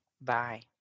Bye